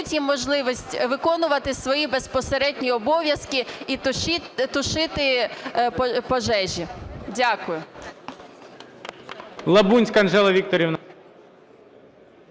їм можливість виконувати свої безпосередні обов'язки і тушити пожежі. Дякую.